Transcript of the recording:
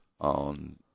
on